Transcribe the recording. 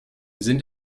sind